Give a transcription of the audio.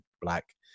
black